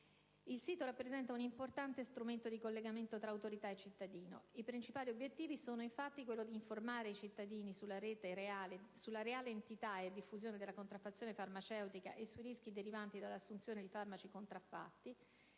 Il sito rappresenta un importante strumento di collegamento tra autorità e cittadino. I principali obiettivi sono, infatti, quelli di informare il cittadino sulla reale entità e diffusione della contraffazione farmaceutica e sui rischi derivanti dall'assunzione di farmaci contraffatti,